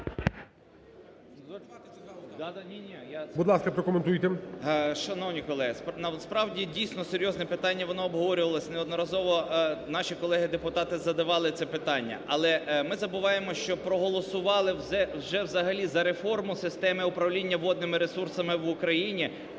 Шановні колеги, насправді дійсно серйозне питання. Воно обговорювалось, неодноразово наші колеги-депутати задавали це питання. Але ми забуваємо, що проголосували вже взагалі за реформу в системі Управління водними ресурсами в Україні.